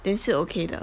then 是 okay 的